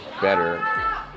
better